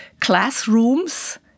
classrooms